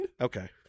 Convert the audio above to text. okay